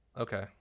Okay